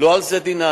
לא על זה דינן.